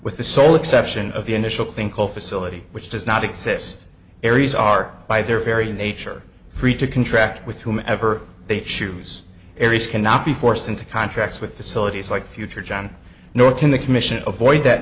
with the sole exception of the initial clean coal facility which does not exist aries are by their very nature free to contract with whomever they choose areas cannot be forced into contracts with facilities like future john nor can the commission of void that